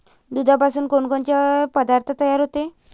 दुधापासून कोनकोनचे पदार्थ तयार होते?